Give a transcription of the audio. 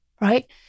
right